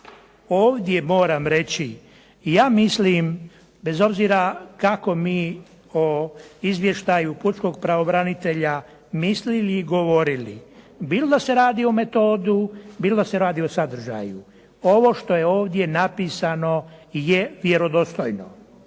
ovdje moram reći. Ja mislim, bez obzira kako mi o izvještaju pučkog pravobranitelja mislili i govorili, bilo da se radi o metodu, bilo da se radi o sadržaju, ovo što je ovdje napisano je vjerodostojno.